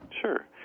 Sure